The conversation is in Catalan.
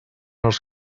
els